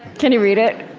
can you read it?